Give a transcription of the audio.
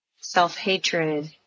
self-hatred